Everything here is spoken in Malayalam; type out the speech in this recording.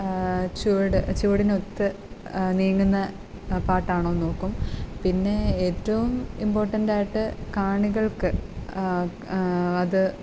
ചുവട് ചുവടിനൊത്ത് നീങ്ങുന്ന പാട്ടാണോ എന്ന് നോക്കും പിന്നെ ഏറ്റവും ഇമ്പോർട്ടൻറ് ആയിട്ട് കാണികൾക്ക് അത്